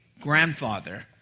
grandfather